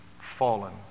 fallen